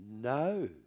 No